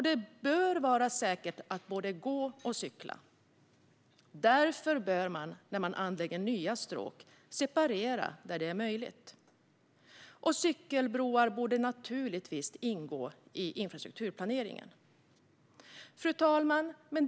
Det bör vara säkert både att gå och att cykla, och därför bör man när man anlägger nya stråk separera cyklister och gångtrafikanter där det är möjligt. Dessutom borde cykelbroar naturligtvis ingå i infrastrukturplaneringen. Fru talman!